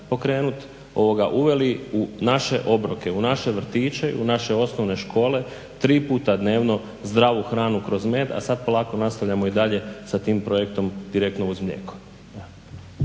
pokrenut uveli u naše obroke, u naše vrtiće, u naše osnovne škole tri puta dnevno zdravu hranu kroz med, a sada polako nastavljamo dalje sa tim projektom Direktno uz mlijeko.